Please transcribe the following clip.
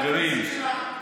חברים,